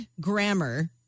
grammar